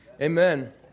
Amen